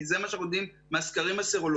זה מה שאנחנו יודעים מהסקרים הסרולוגים